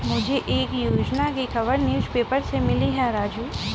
मुझे एक योजना की खबर न्यूज़ पेपर से हुई है राजू